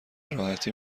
راحتی